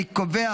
אני קובע